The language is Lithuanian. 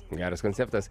geras konceptas